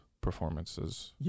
performances